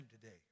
today